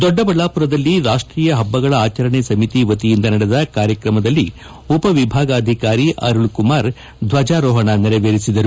ದೊಡ್ಡಬಳ್ಣಾಪುರದಲ್ಲಿ ರಾಷ್ಷೀಯ ಹಬ್ಬಗಳ ಆಚರಣೆ ಸಮಿತಿ ವತಿಯಿಂದ ನಡೆದ ಕಾರ್ಯಕ್ರಮದಲ್ಲಿ ಉಪ ವಿಭಾಗಾಧಿಕಾರಿ ಅರುಳ್ ಕುಮಾರ್ ದ್ವಜಾರೋಹಣ ನೆರವೇರಿಸಿದರು